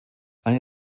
eine